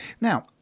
Now